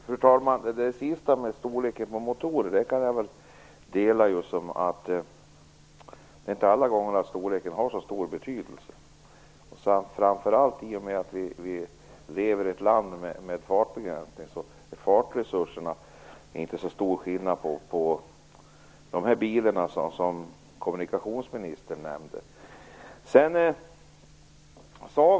Fru talman! Uppfattningen om storleken på motorer kan jag dela. Det är inte alla gånger som storleken har så stor betydelse. I och med att vi lever i ett land med fartbegränsning är det inte så stor skillnad mellan de bilar som kommunikationsministern nämnde när det gäller fartresurserna.